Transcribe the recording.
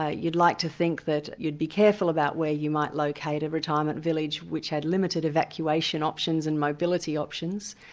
ah you'd like to think that you'd be careful about where you might locate a retirement village which had limited evacuation options and mobility options.